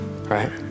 right